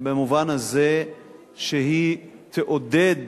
במובן הזה שהיא תעודד